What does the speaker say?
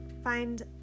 Find